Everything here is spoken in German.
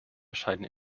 erschienen